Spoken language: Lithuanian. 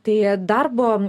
tai darbo